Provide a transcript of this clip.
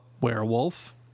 werewolf